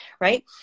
Right